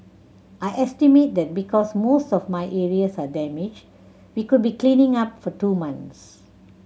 I estimate that because most of my areas are damaged we could be cleaning up for two months